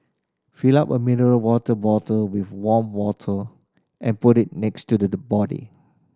fill up a mineral water bottle with warm water and put it next to the the body